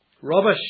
Rubbish